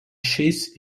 šiais